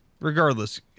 Regardless